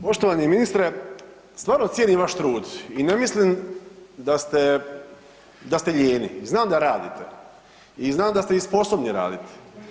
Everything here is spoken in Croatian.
Poštovani ministre, stvarno cijenim vaš trud i ne mislim da ste, da ste lijeni, znam da radite i znam da ste i sposobni raditi.